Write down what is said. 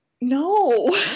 no